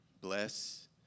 bless